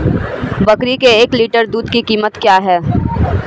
बकरी के एक लीटर दूध की कीमत क्या है?